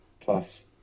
plus